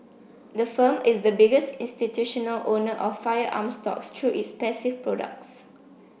the firm is the biggest institutional owner of firearms stocks through its passive products